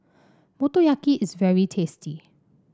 Motoyaki is very tasty